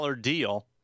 deal